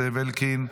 זאב אלקין,